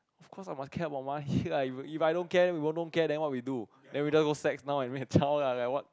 of course I must care about money lah if you if I don't care if we all don't care then what we do then we then just go sex now and make a child lah like what